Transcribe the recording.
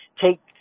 take